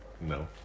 No